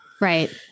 Right